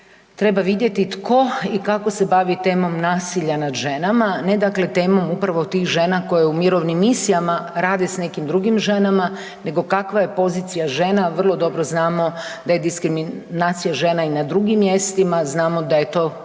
treba vidjeti tko i kako se bavi temom nasilja nad ženama, ne dakle temom upravo tih žena koje u mirovnim misijama rade s nekim drugim ženama nego kakva je pozicija žena, vrlo dobro znamo da je diskriminacija žena i na drugim mjestima, znamo da je to uvjetno